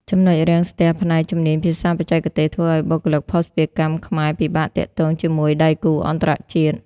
ចំណុចរាំងស្ទះផ្នែក "ជំនាញភាសាបច្ចេកទេស" ធ្វើឱ្យបុគ្គលិកភស្តុភារកម្មខ្មែរពិបាកទាក់ទងជាមួយដៃគូអន្តរជាតិ។